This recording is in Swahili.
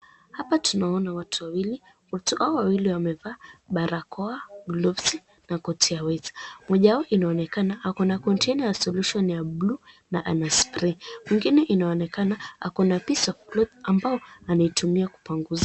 Hapa tunaona watu wawili, watu hao wamevaa barakoa, glovsi , na koti ya white . Mmoja wao inaonekana ako na konteina ya solution ya bluu na ana spray , mwingine inaonekana ako na piece of cloth ambayo anaitumia kupanguza.